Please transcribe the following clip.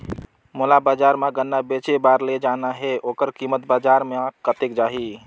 मोला बजार मां गन्ना बेचे बार ले जाना हे ओकर कीमत बजार मां कतेक जाही?